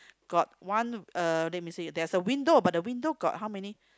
got one uh let me see there is a window but the window got how many